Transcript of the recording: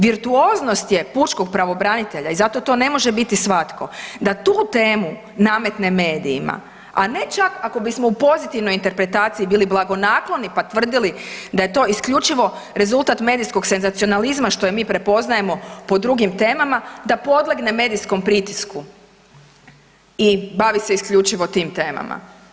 Virtuoznost je pučkog pravobranitelja i zato to ne može biti svatko da tu temu nametne medijima, a ne čak ako bismo u pozitivnoj interpretaciji bili blagonakloni pa tvrdili da je to isključivo rezultat medijskog senzacionalizma što je mi prepoznajemo po drugim temama, da podlegne medijskom pritisku i bavi se isključivo tim temama.